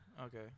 okay